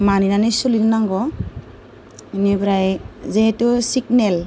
मानिनानै सोलिनो नांगौ बेनिफ्राय जिहेतु सिगनेल